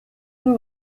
nibo